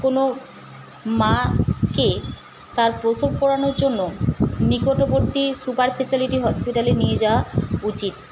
কোনও মাকে তার প্রসব করানোর জন্য নিকটবর্তী সুপার স্পেসালিটি হসপিটালে নিয়ে যাওয়া উচিৎ